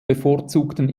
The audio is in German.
bevorzugten